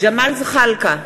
ג'מאל זחאלקה,